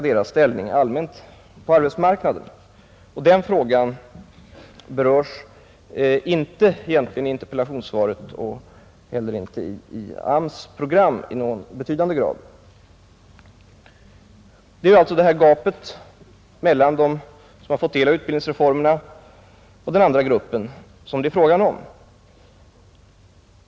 Den frågan berörs egentligen inte i interpellationssvaret och inte heller i någon betydande grad i arbetsmarknadsstyrelsens program. Det är alltså gapet mellan dem som har fått del av utbildningsreformerna och den andra gruppen som det är fråga om.